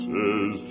Says